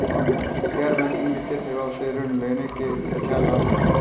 गैर बैंकिंग वित्तीय सेवाओं से ऋण लेने के क्या लाभ हैं?